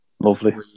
Lovely